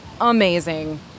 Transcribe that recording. Amazing